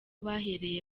bahereye